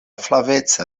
flaveca